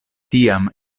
tiam